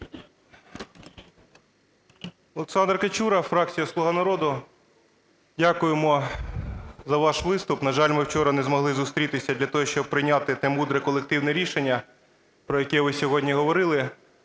Олександр Качура, фракція "Слуга народу". Дякуємо за ваш виступ. На жаль, ми вчора не змогли зустрітися для того, щоб прийняти те мудре колективне рішення, про яке ви сьогодні говорили.